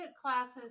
classes